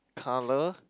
color